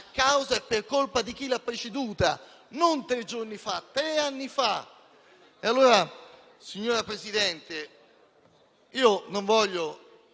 causa e per colpa di chi l'ha preceduta, non tre giorni fa, ma tre anni fa. Signora Presidente, non voglio